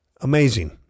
Amazing